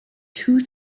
two